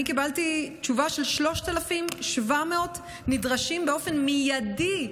אני קיבלתי תשובה של 3,700 שנדרשים באופן מיידי,